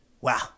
wow